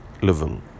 level